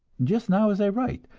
just now as i write,